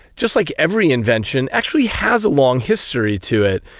just like every invention, actually has a long history to it,